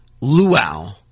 Luau